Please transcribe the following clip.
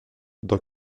dans